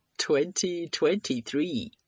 2023